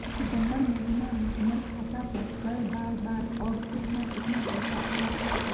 सितम्बर महीना में हमर खाता पर कय बार बार और केतना केतना पैसा अयलक ह?